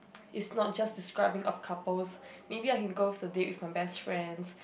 is not just describing a couples maybe I can go with a date with my best friends